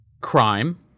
Crime